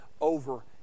over